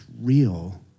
real